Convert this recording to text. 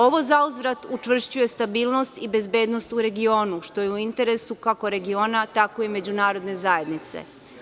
Ovo zauzvrat učvršćuje stabilnost i bezbednost u regionu, što je u interesu, kako regiona, tako i Međunarodne zajednice.